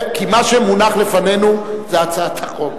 כי מה שמונח לפנינו זה הצעת החוק,